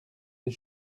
des